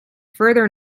further